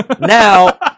Now